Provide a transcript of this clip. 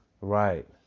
Right